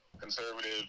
conservative